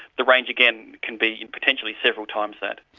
the range again can be potentially several times that.